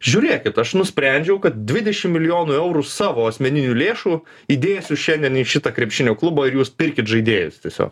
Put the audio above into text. žiūrėkit aš nusprendžiau kad dvidešim milijonų eurų savo asmeninių lėšų įdėsiu šiandien į šitą krepšinio klubą ir jūs pirkit žaidėjus tiesiog